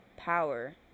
power